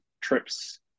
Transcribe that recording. trips